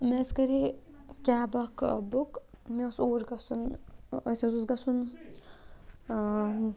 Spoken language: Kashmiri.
مےٚ حظ کَرے کیب اَکھ بُک مےٚ اوس اوٗرۍ گژھُن اَسہِ حظ اوس گژھُن